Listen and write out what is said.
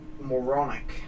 moronic